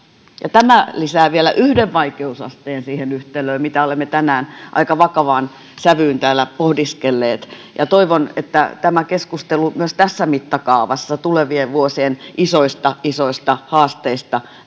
tämä lisää vielä yhden vaikeusasteen siihen yhtälöön mitä olemme tänään aika vakavaan sävyyn täällä pohdiskelleet toivon että keskustelu myös tässä mittakaavassa tulevien vuosien isoista isoista haasteista